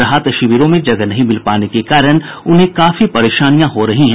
राहत शिविरों में जगह नहीं मिल पाने के कारण उन्हें काफी परेशानियां हो रही हैं